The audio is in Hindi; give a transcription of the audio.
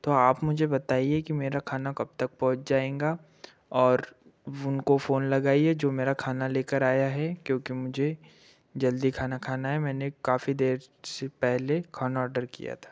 तो आप मुझे बताइए कि मेरा खाना कब तक पहुंच जाएगा और उनको फ़ोन लगाइए जो मेरा खाना लेकर आया है क्योंकि मुझे जल्दी खाना खाना है मैंने काफी देर से पहले खाना ऑर्डर किया था